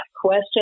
question